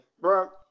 bro